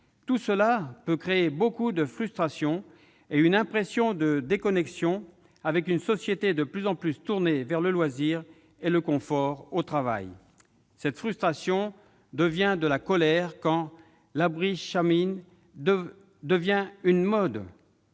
tout cela peut créer beaucoup de frustrations et une impression de déconnexion avec une société de plus en plus tournée vers le loisir et le confort au travail. Cette frustration se transforme en colère quand l'agri-bashing devient une mode.